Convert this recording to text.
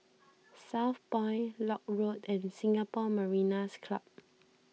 Southpoint Lock Road and Singapore Mariners' Club